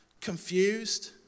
confused